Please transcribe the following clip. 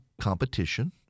competition